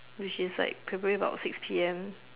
which is like probably about six P_M